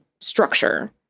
structure